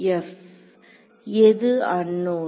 எது அன்னோன்